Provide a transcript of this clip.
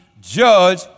judge